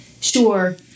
sure